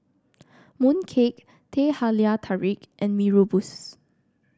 mooncake Teh Halia Tarik and Mee Rebus